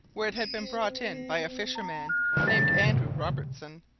where it had been brought in by a fisherman named andrew robertson,